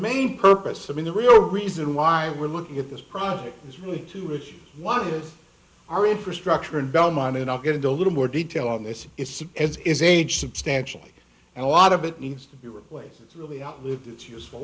main purpose i mean the real reason why we're looking at this project is really two which one is our infrastructure in belmont and i'll get into a little more detail on this it is age substantial and a lot of it needs to be replaced it's really outlived its useful